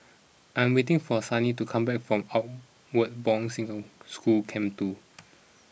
I am waiting for Sunny to come back from Outward Bound single School Camp two